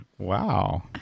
Wow